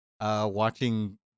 watching